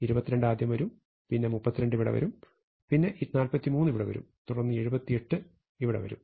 22 ആദ്യം വരും പിന്നെ 32 ഇവിടെ വരും പിന്നെ 43 ഇവിടെ വരും തുടർന്ന് 78 ഇവിടെ വരും